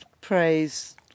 praise